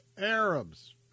Arabs